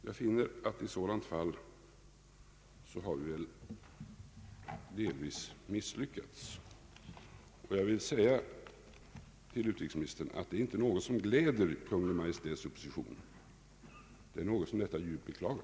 Jag finner därför att vi delvis har misslyckats, och jag vill säga till utrikesministern att det självfallet inte är något som gläder Kungl. Maj:ts opposition — det är något som vi djupt beklagar.